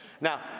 Now